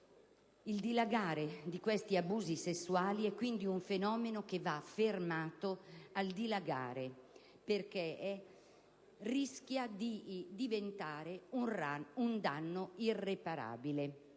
Il dilagare di questi abusi sessuali è quindi un fenomeno che va fermato, perché rischia di diventare un danno irreparabile.